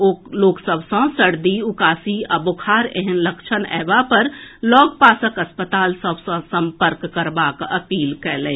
ओ लोक सभ सँ सर्दी उकासी आ बोखार एहेन लक्षण अयबा पर लऽगपासक अस्पताल सभ सँ सम्पर्क करबाक अपील कयलनि